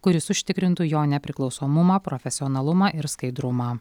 kuris užtikrintų jo nepriklausomumą profesionalumą ir skaidrumą